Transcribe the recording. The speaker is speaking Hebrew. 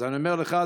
אז אני אומר לך,